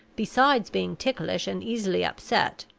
besides being ticklish and easily upset,